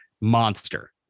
Monster